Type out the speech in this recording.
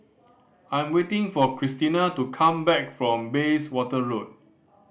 I am waiting for Christina to come back from Bayswater Road